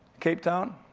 cape town.